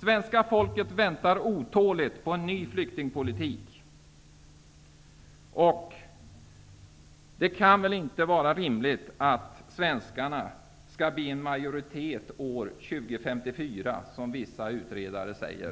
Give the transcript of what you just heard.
Svenska folket väntar otåligt på en ny flyktingpolitik. Det kan väl inte vara rimligt att svenskarna skall bli en minoritet i Sverige år 2054, som vissa utredare säger.